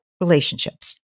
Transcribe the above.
relationships